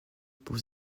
pour